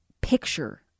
picture